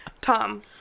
Tom